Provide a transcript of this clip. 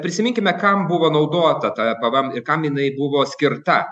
prisiminkime kam buvo naudota ta pvm ir kam jinai buvo skirta